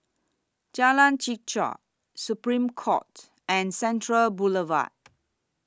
Jalan Chichau Supreme Court and Central Boulevard